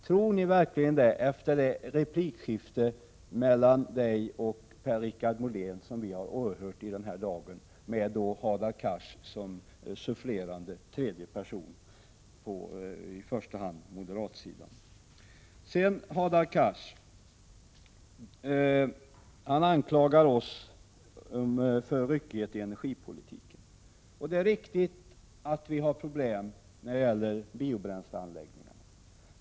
Tror ni verkligen det — efter det replikskifte mellan Ivar Franzén och Per-Richard Molén som vi har åhört i dag, med Hadar Cars som sufflerande tredje person på i första hand moderatsidan? Hadar Cars anklagar oss för ryckighet i energipolitiken. Det är riktigt att vi har problem när det gäller biobränsleanläggningarna.